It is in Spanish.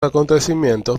acontecimientos